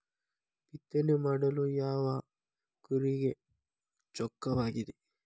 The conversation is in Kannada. ಬಿತ್ತನೆ ಮಾಡಲು ಯಾವ ಕೂರಿಗೆ ಚೊಕ್ಕವಾಗಿದೆ?